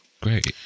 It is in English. Great